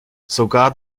sogar